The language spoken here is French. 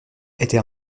était